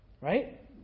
Right